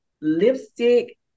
lipstick